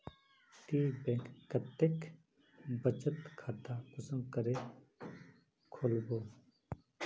ती बैंक कतेक बचत खाता कुंसम करे खोलबो?